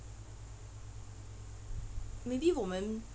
maybe 我们